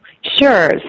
Sure